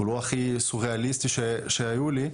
הוא לא הכי סוריאליסטי שהיו לי,